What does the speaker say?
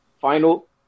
final